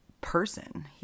person